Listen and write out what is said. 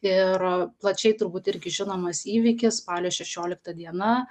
ir plačiai turbūt irgi žinomas įvykis spalio šešiolikta diena